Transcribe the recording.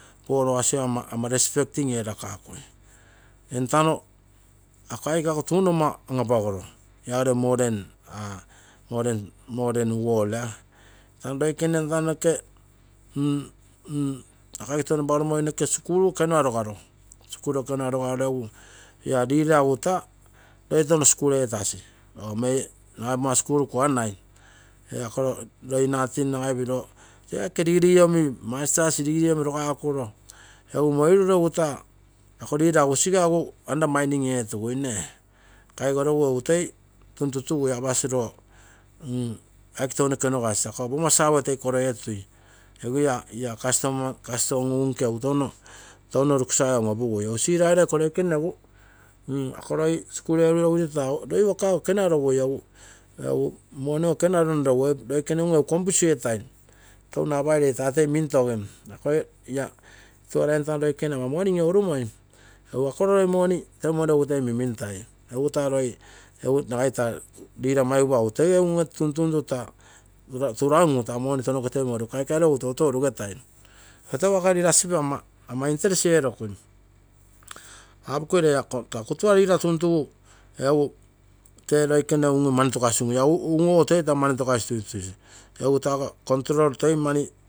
Followers ogo ama respecting erakui entano ako aike akotono ama an apagolo iagere modern world. loikene entano noke ako aiike tono an apagoromoi. ako skul ekenua rogaro ege la leader egu taa roi tono skul etasi pogomma skul kuanai, ako poi natin nagal pino tee aiike degree omi masters omi rogakuro, ako leader egu siga under mining etugui, kaigorogu egu toi mau tuntutugui apasi roo aike tounoke onogasi akogo pogomma save toi koro etui egu la custom unke egu touno luksave on opugui. egu sinauirai ako roi taa wakago ekenua rogui moni ogo ekenua ronrogu loikene unge egu confuse etai touno apai ree taa toi mintoi la tuare en tano loike ama moni in lourumoi. egu ako koro loi money teumoru toi minmintai egu taa roi, taa leader maigupa egu toi unge tuitui. iopa turangu money ogo tounoke teumoru loikenego toutou run rugefai, teguo leadership ama interest erokui, taa leader tuntugu ego loikene tee mani tokasigai un-urugui un ogo toi taa mani to kasi tuitui control etasi